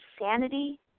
insanity